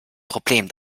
problem